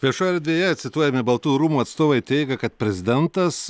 viešoje erdvėje cituojami baltųjų rūmų atstovai teigia kad prezidentas